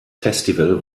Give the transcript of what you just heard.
festival